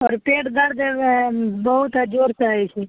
आओर पेट दरद बहुत जोरसे होइ छै